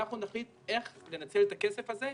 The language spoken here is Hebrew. אנחנו נחליט איך לנצל את הכסף הזה,